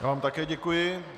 Já vám také děkuji.